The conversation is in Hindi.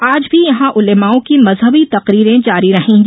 आज भी यहां उलेमाओं की मजहबी तकरीरे जारी रहेंगी